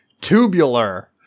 tubular